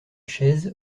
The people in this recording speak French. chaise